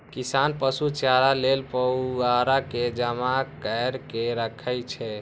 किसान पशु चारा लेल पुआर के जमा कैर के राखै छै